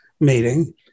meeting